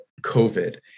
COVID